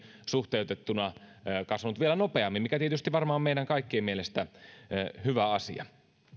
suhteutettuna kasvanut vielä nopeammin mikä tietysti varmaan on meidän kaikkien mielestä hyvä asia